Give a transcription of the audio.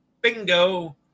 Bingo